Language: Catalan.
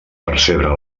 percebre